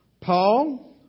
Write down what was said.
Paul